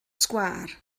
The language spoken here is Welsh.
sgwâr